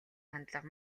хандлага